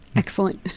excellent.